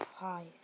Hi